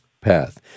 path